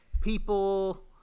people